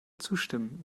zustimmen